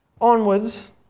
onwards